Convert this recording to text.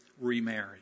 remarry